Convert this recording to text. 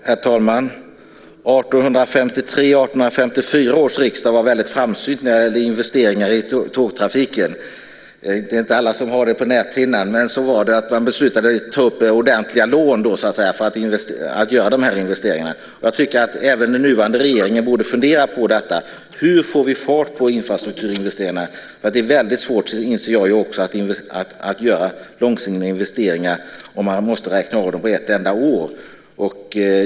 Herr talman! 1853/54 års riksdag var väldigt framsynt när det gällde investeringar i tågtrafiken. Det är inte alla som har detta på näthinnan, men så var det. Man beslutade då att ta ordentliga lån för att göra de här investeringarna. Jag tycker att även den nuvarande regeringen borde fundera på hur vi får fart på infrastrukturinvesteringarna. Det är väldigt svårt - det inser jag också - att göra långsiktiga investeringar om man måste räkna av dem på ett enda år.